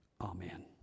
Amen